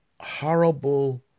horrible